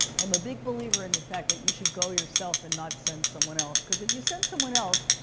i'm a big believer in the fact that you should go yourself and not send someone else. because if you send someone else,